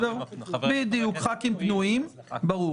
חברי כנסת פנויים.